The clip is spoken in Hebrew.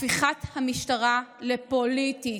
הפיכת המשטרה לפוליטית,